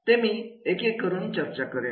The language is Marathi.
ते मी एकेक करून चर्चा करेन